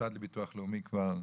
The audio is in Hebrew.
המוסד לביטוח לאומי כבר דיברו?